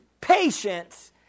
patience